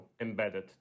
embedded